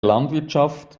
landwirtschaft